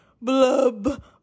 Blub